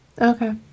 Okay